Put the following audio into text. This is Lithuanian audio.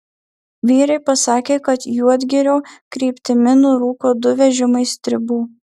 vyrai pasakė kad juodgirio kryptimi nurūko du vežimai stribų